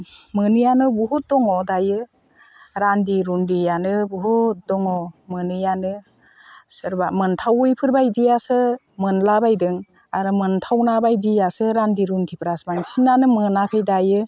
मोनियानो बहुद दङ दायो रान्दि रुन्दिआनो बहुद दङ मोनियानो सोरबा मोनथावैफोर बायदियासो मोनलाबायदों आरो मोनथावना बायदियासो रान्दि रुन्दिफ्रा बांसिनानो मोनाखै दायो